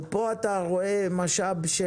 ופה אתה רואה משאב של,